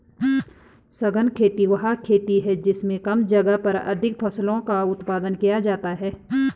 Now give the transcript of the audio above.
सघन खेती वह खेती है जिसमें कम जगह पर अधिक फसलों का उत्पादन किया जाता है